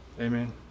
Amen